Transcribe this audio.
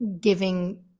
giving